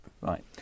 Right